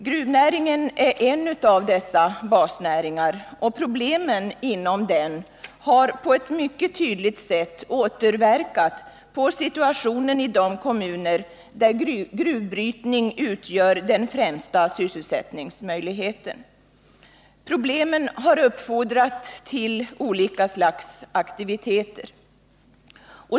Gruvnäringen är en av dessa basnäringar, och problemen inom den har på ett mycket tydligt sätt återverkat på situationen i de kommuner där gruvbrytning utgör den främsta sysselsättningsmöjligheten. Problemen har uppfordrat till olika slags aktiviteter.